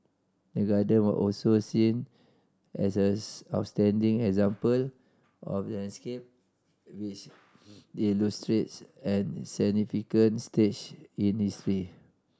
the Garden were also seen as as outstanding example of a landscape which illustrates a significant stage in history